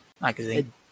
magazine